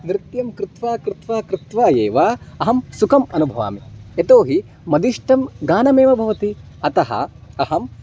नृत्यं कृत्वा कृत्वा कृत्वा एव अहं सुखं अनुभवामि यतोहि मदिष्टं गानमेव भवति अतः अहम्